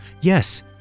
Yes